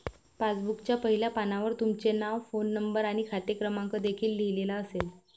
पासबुकच्या पहिल्या पानावर तुमचे नाव, फोन नंबर आणि खाते क्रमांक देखील लिहिलेला असेल